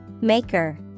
Maker